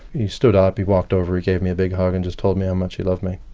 he stood up, he walked over, he gave me a big hug and just told me how much he loved me.